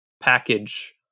package